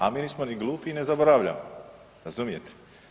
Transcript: A mi nismo ni glupi i ne zaboravljamo, razumijete?